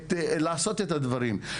לעשות את הדברים.